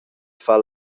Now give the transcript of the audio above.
far